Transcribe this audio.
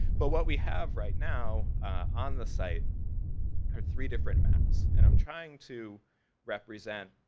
but what we have right now, on the site are three different maps and i'm trying to represent